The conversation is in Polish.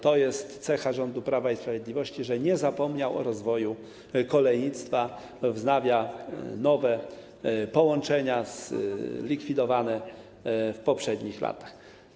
To jest cecha rządu Prawa i Sprawiedliwości, że nie zapomniał o rozwoju kolejnictwa, wznawia nowe połączenia, zlikwidowane w poprzednich latach.